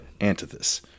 Antithesis